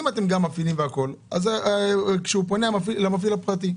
אם אתם גם מפעילים אז האדם פונה למפעיל הפרטי,